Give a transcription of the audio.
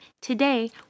Today